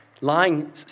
lying